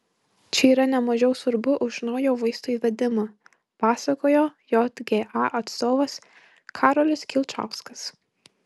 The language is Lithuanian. čia yra ne mažiau svarbu už naujo vaisto įvedimą pasakojo jga atstovas karolis kilčauskas